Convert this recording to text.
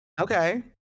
Okay